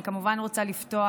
אני רוצה לפתוח,